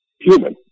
human